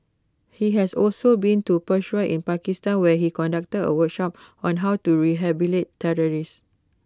he has also been to Peshawar in Pakistan where he conducted A workshop on how to rehabilitate terrorists